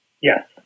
Yes